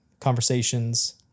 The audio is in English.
conversations